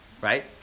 Right